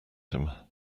him